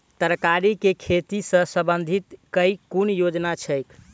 तरकारी केँ खेती सऽ संबंधित केँ कुन योजना छैक?